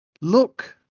look